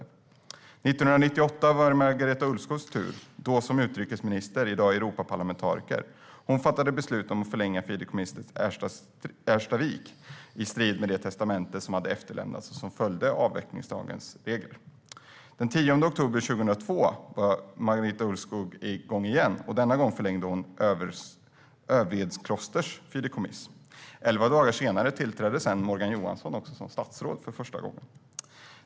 År 1998 var det Marita Ulvskogs tur - hon var då kulturminister; i dag är hon Europaparlamentariker. Hon fattade beslut om att förlänga fideikommisset Erstavik i strid med det testamente som hade efterlämnats och som följde avvecklingslagen. Den 10 oktober 2002 var Marita Ulvskog igång igen. Denna gång förlängde hon Övedsklosters fideikommiss. Elva dagar senare tillträdde Morgan Johansson som statsråd för första gången.